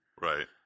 Right